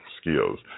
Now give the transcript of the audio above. skills